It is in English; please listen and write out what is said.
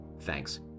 Thanks